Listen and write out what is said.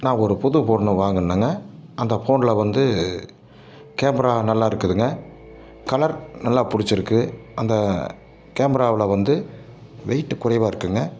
நான் ஒரு புது ஃபோனு வாங்கினேங்க அந்த ஃபோனில் வந்து கேமரா நல்லா இருக்குதுங்க கலர் நல்லா பிடிச்சிருக்கு அந்த கேமராவில் வந்து வைட்டு குறைவாக இருக்குதுங்க